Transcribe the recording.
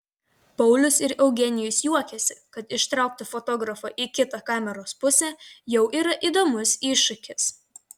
paulius ir eugenijus juokiasi kad ištraukti fotografą į kitą kameros pusę jau yra įdomus iššūkis